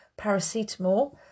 Paracetamol